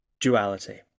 duality